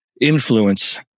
influence